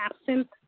absent